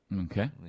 Okay